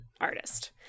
artist